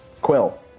Quill